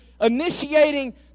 initiating